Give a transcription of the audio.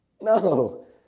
No